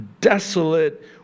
desolate